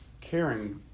caring